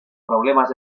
problemas